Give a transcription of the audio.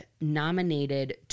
nominated